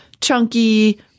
chunky